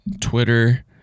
Twitter